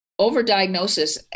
overdiagnosis